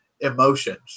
emotions